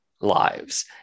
lives